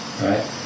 right